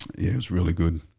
it was really good.